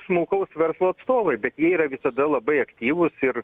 smulkaus verslo atstovai bet jie yra visada labai aktyvūs ir